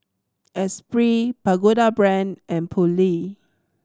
Esprit Pagoda Brand and Poulet